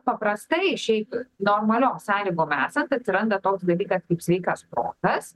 paprastai šiaip normaliom sąlygom esat atsiranda toks dalykas kaip sveikas protas